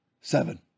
Seven